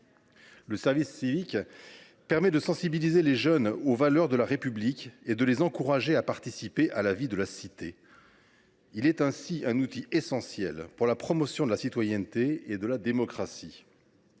Le service civique permet encore de sensibiliser les jeunes aux valeurs de la République et de les encourager à participer à la vie de la cité. Il est ainsi un outil essentiel pour la promotion de la citoyenneté et de la démocratie.